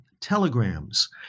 telegrams